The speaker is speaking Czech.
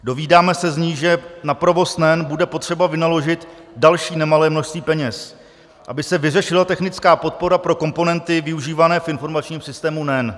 Dozvídáme se z ní, že na provoz NEN bude potřeba vynaložit další nemalé množství peněz, aby se vyřešila technická podpora pro komponenty využívané v informačním systému NEN.